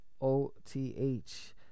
O-T-H